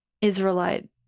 Israelite